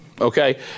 Okay